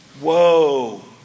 whoa